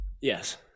yes